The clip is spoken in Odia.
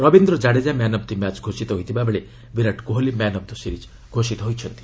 Rabindra Jadeja man of the match ଘୋଷିତ ହୋଇଥିଲାବେଳେ Virat Kohli man of the series ଘୋଷିତ ହୋଇଛନ୍ତି